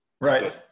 right